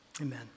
amen